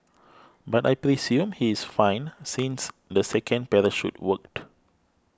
but I presume he is fine since the second parachute worked